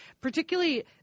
particularly